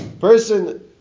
person